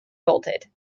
bolted